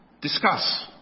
Discuss